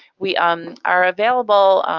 we um are available